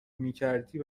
میکردی